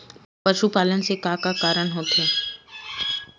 पशुपालन से का का कारण होथे?